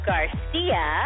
Garcia